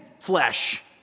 flesh